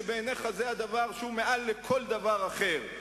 שבעיניך זה הדבר שהוא מעל לכל דבר אחר,